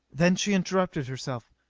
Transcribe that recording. then she interrupted herself.